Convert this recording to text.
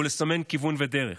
והוא לסמן כיוון ודרך.